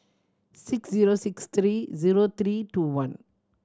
six zero six three zero three two one